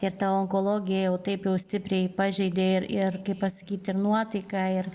ir ta onkologija jau taip jau stipriai pažeidė ir ir kaip pasakyti ir nuotaiką ir